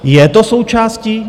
Je to součástí?